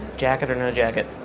jacket or no jacket.